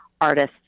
artists